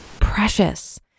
precious